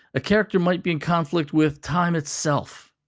a character might be in conflict with time itself,